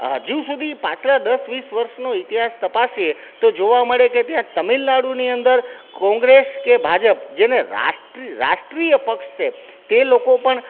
હજુ સુધી પાછલા દસ વીસ વર્ષનો ઇતિહાસ તપાસીએ તો જોવા મળે કે ત્યાં તમિલનાડુની અંદર કોંગ્રેસ કે ભાજપ જેને રાષ્ટ્રિય રાષ્ટ્રિય પક્ષે તે લોકો પણ